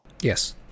Yes